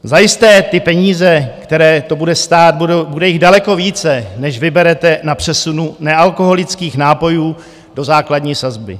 Zajisté ty peníze, které to bude stát, bude jich daleko více, než vyberete na přesunu nealkoholických nápojů do základní sazby.